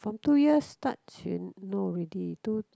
from two years start she know already two